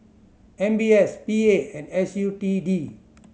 M B S P A and S U T D